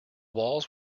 walls